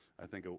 i think, ah